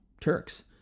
Turks